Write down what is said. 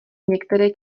některé